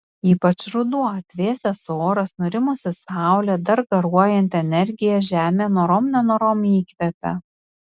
ypač ruduo atvėsęs oras nurimusi saulė dar garuojanti energija žemė norom nenorom įkvepia